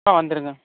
ஆ வந்துருங்க